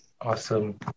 Awesome